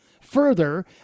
Further